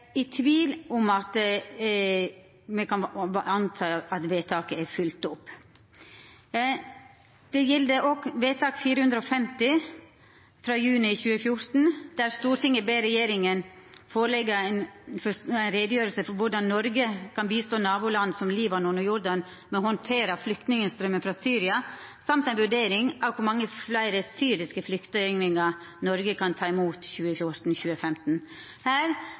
vedtaket er følgt opp. Det gjeld òg vedtak nr. 450, frå juni 2014: «Stortinget ber regjeringen forelegge for Stortinget en redegjørelse for hvordan Norge kan bistå naboland som Libanon og Jordan med å håndtere flyktningstrømmen fra Syria, samt en vurdering av hvor mange flere syriske flyktninger Norge kan ta imot i 2014–2015.» Her